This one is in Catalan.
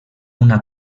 una